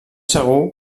segur